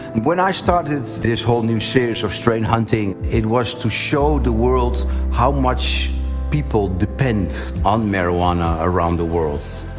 when i started this whole new series on strain hunting it was to show the world how much people depend on marijuana around the world.